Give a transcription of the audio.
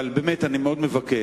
אבל באמת, אני מאוד מבקש.